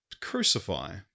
crucify